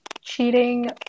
cheating